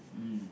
mm